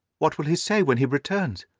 what will he say when he returns?